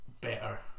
better